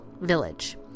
village